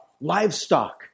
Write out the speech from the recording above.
livestock